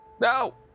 No